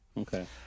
Okay